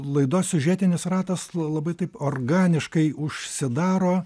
laidos siužetinis ratas labai taip organiškai užsidaro